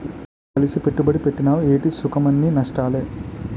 కలిసి పెట్టుబడి పెట్టినవ్ ఏటి సుఖంఅన్నీ నష్టాలే